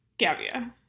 Gavia